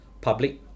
public